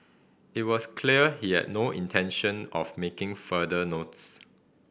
it was clear he had no intention of making further notes